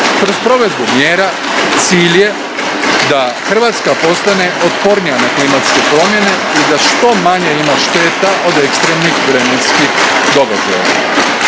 Kroz provedbu mjera cilj je da Hrvatska postane otpornija na klimatske promjene i da što manje ima šteta od ekstremnih vremenskih događaja.